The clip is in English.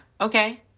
Okay